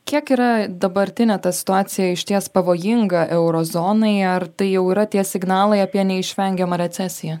kiek yra dabartinė situacija išties pavojinga euro zonai ar tai jau yra tie signalai apie neišvengiamą recesiją